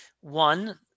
one